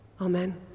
Amen